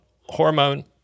Hormone